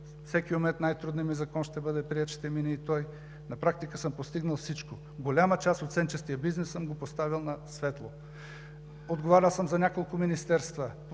Всеки момент най-трудният ми закон ще бъде приет, ще мине и той. На практика съм постигнал всичко. Голяма част от сенчестия бизнес съм го поставил на светло. Отговарял съм за няколко министерства.